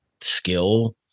skill